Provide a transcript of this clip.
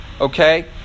okay